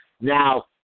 Now